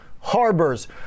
Harbors